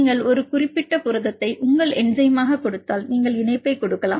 நீங்கள் ஒரு குறிப்பிட்ட புரதத்தை உங்கள் என்சைமாகக் கொடுத்தால் நீங்கள் இணைப்பைக் கொடுக்கலாம்